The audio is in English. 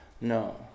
no